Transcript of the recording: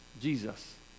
Jesus